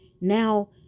now